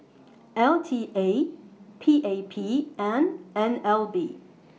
L T A P A P and N L B